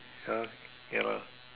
ya ya lah